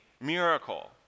miracle